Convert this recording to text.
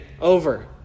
over